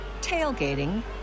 tailgating